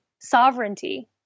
sovereignty